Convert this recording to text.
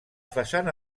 façana